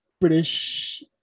British